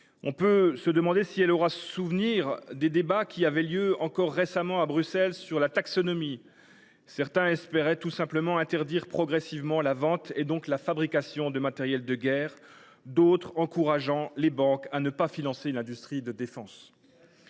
On peut se demander si elle aura gardé le souvenir des débats qui avaient lieu encore récemment à Bruxelles sur la taxonomie : certains espéraient tout simplement interdire progressivement la vente, donc la fabrication des matériels de guerre, d’autres encourageaient les banques à ne pas financer l’industrie de défense.